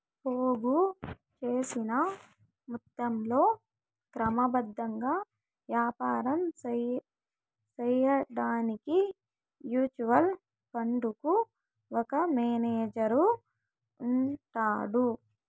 పోగు సేసిన మొత్తంలో క్రమబద్ధంగా యాపారం సేయడాన్కి మ్యూచువల్ ఫండుకు ఒక మేనేజరు ఉంటాడు